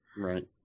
Right